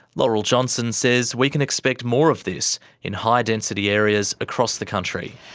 laurel johnson says we can expect more of this in high density areas across the country.